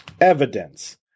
evidence